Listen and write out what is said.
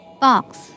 Box